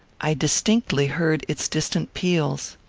i distinctly heard its distant peals.